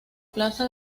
plaza